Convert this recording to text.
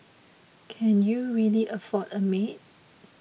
can you really afford a maid